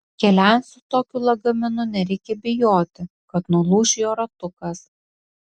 keliaujant su tokiu lagaminu nereikia bijoti kad nulūš jo ratukas